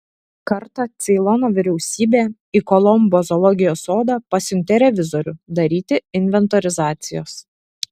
kartą ceilono vyriausybė į kolombo zoologijos sodą pasiuntė revizorių daryti inventorizacijos